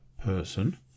person